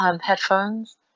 headphones